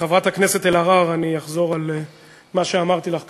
חברת הכנסת אלהרר, אני אחזור על מה שאמרתי לך כאן,